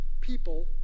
people